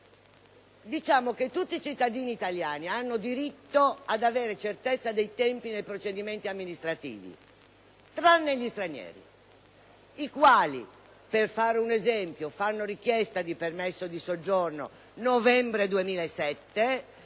invece, tutti i cittadini italiani hanno diritto ad avere certezza dei tempi nei procedimenti amministrativi, tranne gli stranieri. Questi, per fare un esempio, se hanno fatto richiesta di permesso di soggiorno nel novembre 2007,